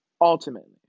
ultimately